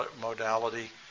modality